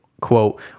quote